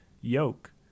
yoke